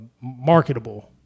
marketable